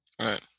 right